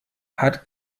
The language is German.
hat